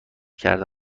کرده